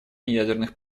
неядерных